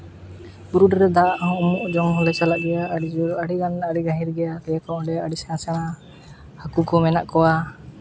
ᱵᱩᱨᱩᱰᱤ ᱨᱮ ᱫᱟᱜ ᱦᱚᱸ ᱩᱢᱩᱜ ᱡᱚᱝ ᱦᱚᱸᱞᱮ ᱪᱟᱞᱟᱜ ᱜᱮᱭᱟ ᱟᱹᱰᱤ ᱡᱳᱨ ᱟᱹᱰᱤ ᱜᱟᱱ ᱟᱹᱰᱤ ᱜᱟᱹᱦᱤᱨ ᱜᱮᱭᱟ ᱞᱟᱹᱭᱟ ᱠᱚ ᱚᱸᱰᱮ ᱟᱹᱰᱤ ᱥᱮᱬᱟ ᱥᱮᱬᱟ ᱦᱟᱹᱠᱩ ᱠᱚ ᱢᱮᱱᱟᱜ ᱠᱚᱣᱟ